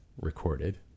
recorded